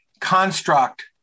construct